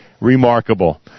remarkable